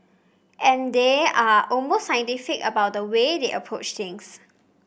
and they are almost scientific about the way they approach things